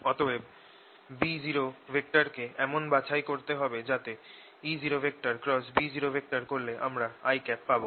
অতএব B0 কে এমন বাছাই করতে হবে যাতে E0B0 করলে আমরা i পাবো